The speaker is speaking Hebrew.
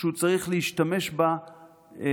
שהוא צריך להשתמש בה בקלות.